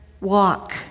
walk